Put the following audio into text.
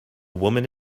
woman